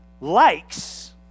likes